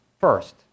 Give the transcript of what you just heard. first